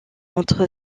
entre